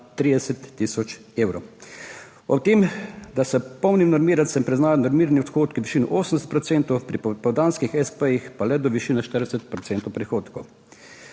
30 tisoč evrov, ob tem, da se polnim normirancem priznajo normirani odhodki v višini 80 procentov, pri popoldanskih espejih pa le do višine 40 procentov prihodkov.